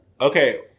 Okay